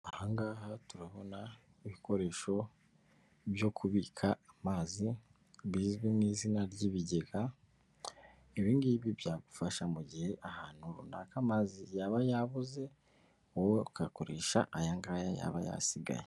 Aha ngaha turabona ibikoresho byo kubika amazi bizwi mu izina ry'ibigega, ibi ngibi byagufasha mu gihe ahantu runaka amazi yaba yabuze wowe ugakoresha aya ngaya yaba yasigaye.